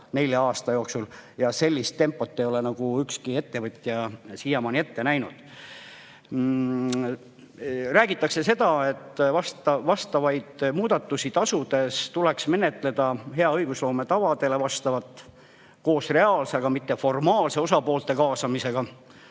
nelja aasta jooksul. Sellist tempot ei ole ükski ettevõtja siiamaani ette näinud. Räägitakse seda, et tasude muutmist tuleks menetleda hea õigusloome tavadele vastavalt koos reaalse, mitte formaalse osapoolte kaasamisega.